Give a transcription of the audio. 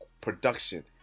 production